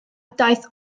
daeth